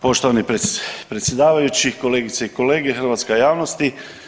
Poštovani predsjedavajući, kolegice i kolege, hrvatska javnosti.